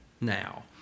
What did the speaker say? now